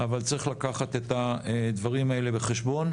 אבל צריך לקחת את הדברים האלה בחשבון.